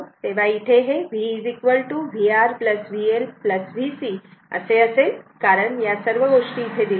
तेव्हा इथे V vR VL VC असे असेल कारण या सर्व गोष्टी दिलेल्या आहेत